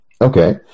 Okay